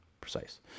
precise